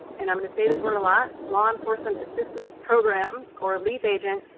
and i'm going to say this word a lot law enforcement assistance program, or leap, agent,